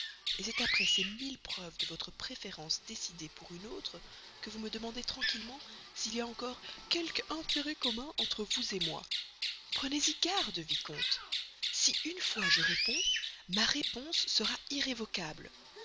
et c'est après ces mille preuves de votre préférence décidée pour une autre que vous me demandez tranquillement s'il y a encore quelque intérêt commun entre vous moi prenez-y garde vicomte si une fois je réponds ma réponse sera irrévocable